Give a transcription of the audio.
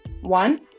One